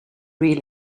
real